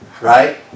Right